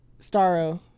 staro